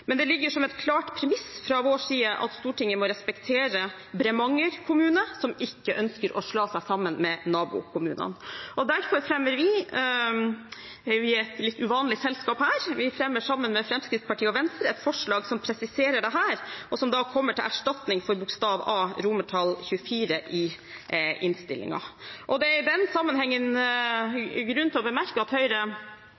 Men det ligger som et klart premiss fra vår side at Stortinget må respektere Bremanger kommune, som ikke ønsker å slå seg sammen med nabokommunene. Derfor fremmer vi – vi er i et litt uvanlig selskap her – sammen med Fremskrittspartiet og Venstre et forslag som presiserer dette, og som kommer til erstatning for A. XXIV i innstillingen. Det er i den sammenhengen